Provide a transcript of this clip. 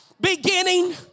beginning